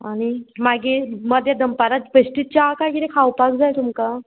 आनी मागीर मद्या दनपारात बेश्टी च्या कांय किदें खावपाक जाय तुमकां